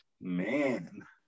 Man